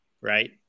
right